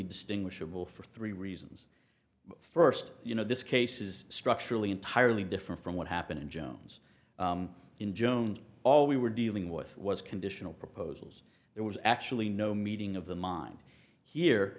distinguishable for three reasons first you know this case is structurally entirely different from what happened in jones in jones all we were dealing with was conditional proposals there was actually no meeting of the mine here